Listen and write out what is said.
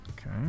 Okay